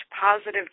positive